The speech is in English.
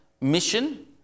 mission